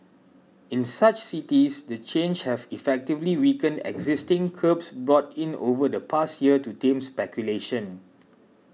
in such cities the changes have effectively weakened existing curbs brought in over the past year to tame speculation